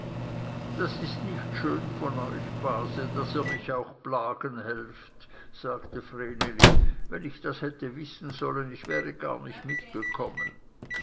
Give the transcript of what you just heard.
das ist nicht schön von euch base daß ihr mich auch helfet plagen sagte vreneli wenn ich das hätte wissen sollen ich wäre gar nicht mitgekommen